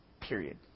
Period